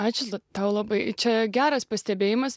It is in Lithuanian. ačiū tau labai čia geras pastebėjimas